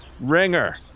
ringer